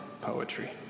poetry